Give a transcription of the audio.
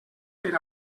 per